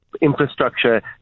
infrastructure